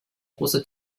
große